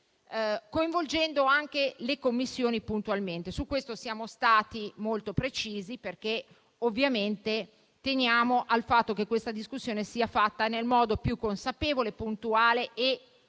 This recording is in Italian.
puntualmente anche le Commissioni. Su questo siamo stati molto precisi, perché ovviamente teniamo al fatto che questa discussione sia fatta nel modo più consapevole, puntuale e